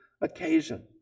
occasion